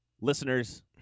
listeners